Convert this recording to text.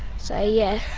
so yeah.